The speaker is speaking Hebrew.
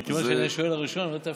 תודה רבה, אדוני סגן השר.